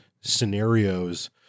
scenarios